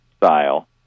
style